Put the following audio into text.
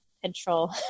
control